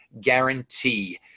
guarantee